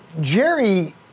Jerry